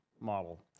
model